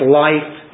life